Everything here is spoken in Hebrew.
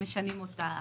שמשנים אותה